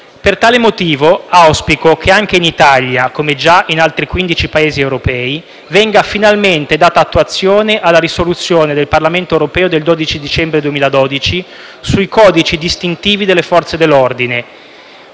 Per tale motivo auspico che anche in Italia, come già in altri 15 Paesi europei, venga finalmente data attuazione alla risoluzione del Parlamento europeo del 12 dicembre 2012 sui codici distintivi delle Forze dell'ordine.